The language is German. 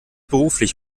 beruflich